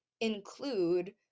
include